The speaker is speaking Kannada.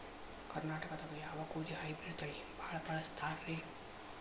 ಕರ್ನಾಟಕದಾಗ ಯಾವ ಗೋಧಿ ಹೈಬ್ರಿಡ್ ತಳಿ ಭಾಳ ಬಳಸ್ತಾರ ರೇ?